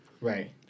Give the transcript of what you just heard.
Right